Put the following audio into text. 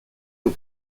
aux